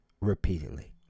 repeatedly